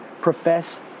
profess